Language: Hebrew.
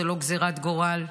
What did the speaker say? זו לא גזרת גורל.